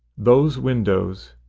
those windows,